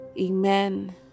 Amen